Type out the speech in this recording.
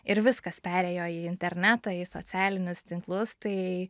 ir viskas perėjo į internetą į socialinius tinklus tai